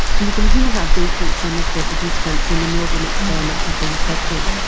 and you can hear how deeply some of the participants in the milgram experiments have been affected.